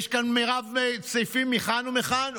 יש כאן, מירב, סעיפים מכאן ומכאן.